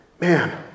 Man